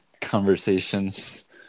conversations